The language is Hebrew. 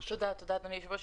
תודה אדוני היושב ראש.